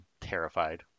terrified